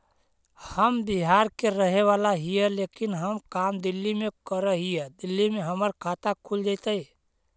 हम बिहार के रहेवाला हिय लेकिन हम काम दिल्ली में कर हिय, दिल्ली में हमर खाता खुल जैतै?